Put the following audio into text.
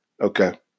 Okay